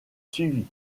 suivit